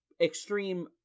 extreme